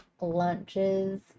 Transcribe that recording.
lunches